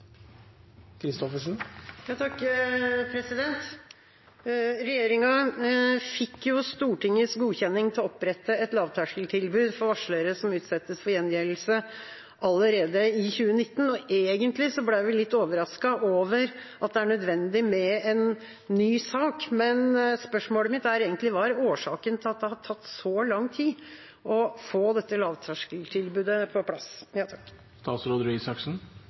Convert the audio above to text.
Regjeringa fikk allerede i 2019 Stortingets godkjenning til å opprette et lavterskeltilbud for varslere som utsettes for gjengjeldelse. Egentlig ble vi litt overrasket over at det er nødvendig med en ny sak, men spørsmålet mitt er: Hva er årsaken til at det har tatt så lang tid å få dette lavterskeltilbudet på plass? Nå har ikke jeg vært statsråd